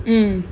mmhmm